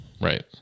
Right